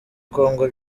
congo